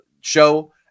show